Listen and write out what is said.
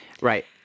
Right